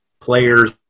players